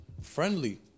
friendly